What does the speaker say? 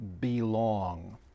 belong